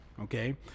Okay